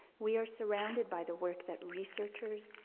we are surrounding by the work that researchers,